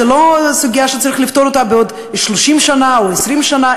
זו לא סוגיה שצריך לפתור אותה בעוד 30 שנה או 20 שנה.